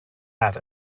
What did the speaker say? have